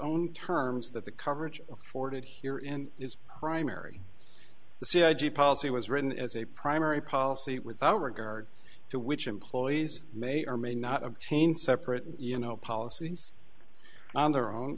own terms that the coverage afforded here in its primary the c i g policy was written as a primary policy without regard to which employees may or may not obtain separate you know policies on their own